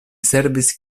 servis